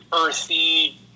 earthy